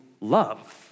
love